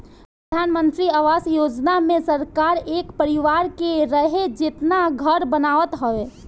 प्रधानमंत्री आवास योजना मे सरकार एक परिवार के रहे जेतना घर बनावत हवे